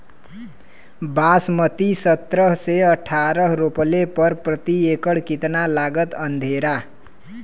बासमती सत्रह से अठारह रोपले पर प्रति एकड़ कितना लागत अंधेरा?